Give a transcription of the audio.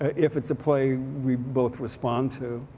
if it's a play we both respond to,